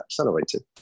accelerated